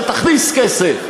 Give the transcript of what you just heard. שתכניס כסף,